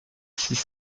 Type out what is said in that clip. six